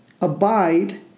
abide